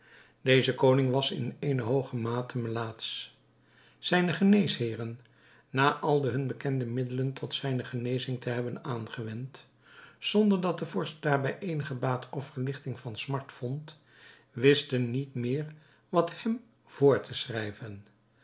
deze koning was in eene hooge mate melaatsch zijne geneesheeren na al de hun bekende middelen tot zijne genezing te hebben aangewend zonder dat de vorst daarbij eenige baat of verligting van smart vond wisten niet meer wat hem voor te schrijven